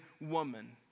woman